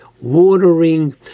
watering